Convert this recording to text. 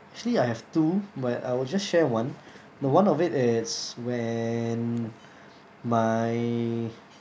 actually I have two but I will just share one the one of it is when my